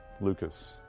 Lucas